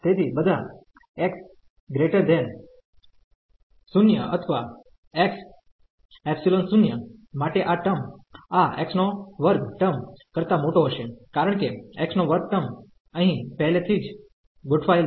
તેથી બધા x 0 અથવા x∈0 માટે આ ટર્મ આ x2 ટર્મ કરતા મોટો હશે કારણ કે x2 ટર્મ અહીં પહેલે થી જ ગોઠવાયેલ છે